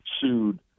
sued